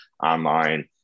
online